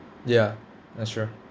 ya that's true